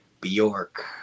Bjork